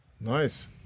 Nice